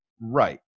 Right